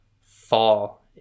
fall